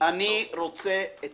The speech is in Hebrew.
צריך להיות